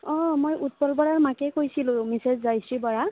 অঁ মই উৎপল বৰাৰ মাকে কৈছিলোঁ মিচেছ জয়শ্ৰী বৰা